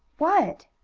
what?